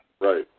Right